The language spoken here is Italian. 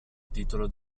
titolo